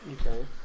Okay